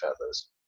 feathers